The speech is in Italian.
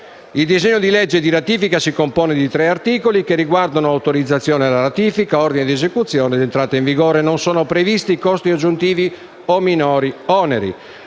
Il disegno di legge di ratifica si compone di tre articoli che riguardano autorizzazione alla ratifica, ordine di esecuzione ed entrata in vigore. Non sono previsti costi aggiuntivi o minori oneri.